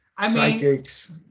Psychics